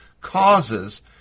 causes